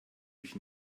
mich